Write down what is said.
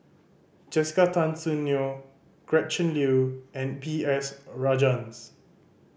Jessica Tan Soon Neo Gretchen Liu and B S Rajhans